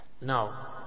Now